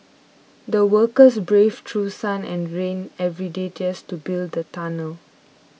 the workers braved through sun and rain every day just to build the tunnel